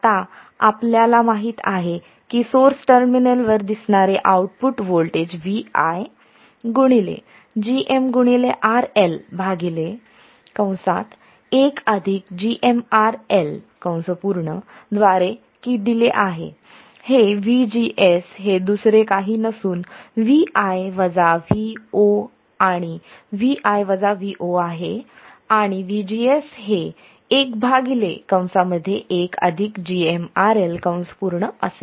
आता आपल्याला माहित आहे की सोर्स टर्मिनलवर दिसणारे output voltage Vi gmRL 1 gm RL द्वारे दिले जाते हे VGS हे दुसरे काही नसून Vi Vo आणि Vi Vo आहे आणि VGS हे 1 1 gm RL असेल